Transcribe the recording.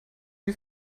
wie